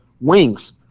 wings